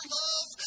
love